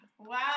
wow